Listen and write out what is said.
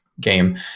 game